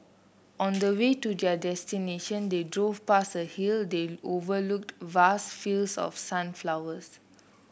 on the way to their destination they drove past a hill that overlooked vast fields of sunflowers